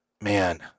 man